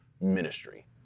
ministry